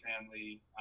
family